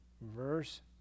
Verse